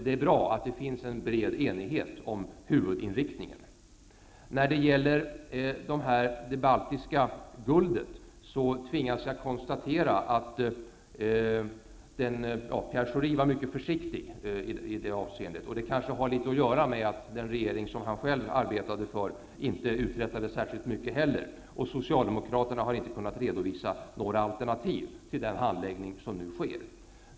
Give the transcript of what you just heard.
Det är bra att det finns en bred enighet om huvudinriktningen. Så några ord om det baltiska guldet. Pierre Schori var mycket försiktig i det avseendet. Det beror kanske i någon mån på att inte heller den regering som han själv arbetade för uträttade särskilt mycket. Socialdemokraterna har inte kunnat redovisa några alternativ till den handläggning som nu sker.